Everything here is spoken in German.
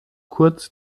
kurz